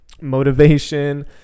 motivation